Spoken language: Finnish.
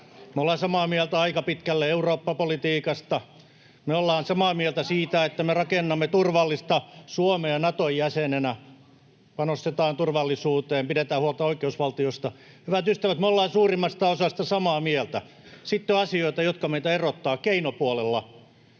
Me ollaan samaa mieltä aika pitkälle Eurooppa-politiikasta. Me ollaan samaa mieltä siitä, että me rakennamme turvallista Suomea Naton jäsenenä, panostetaan turvallisuuteen, pidetään huolta oikeusvaltiosta. Hyvät ystävät, me ollaan suurimmasta osasta samaa mieltä. Sitten on asioita, jotka meitä erottavat keinopuolella: